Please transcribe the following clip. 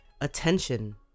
attention